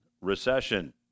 recession